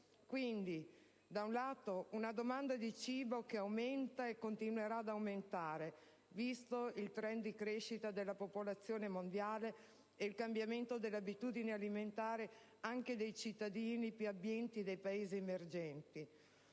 Quindi, da un lato, una domanda di cibo che aumenta e continuerà ad aumentare, visto il *trend* di crescita della popolazione mondiale e il cambiamento delle abitudini alimentari anche dei cittadini più abbienti dei Paesi emergenti;